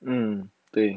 mmhmm 对